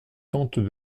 tente